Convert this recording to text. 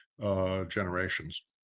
generations